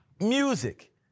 Music